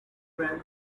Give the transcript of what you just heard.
strength